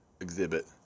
Exhibit